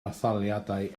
etholiadau